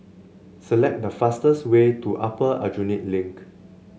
select the fastest way to Upper Aljunied Link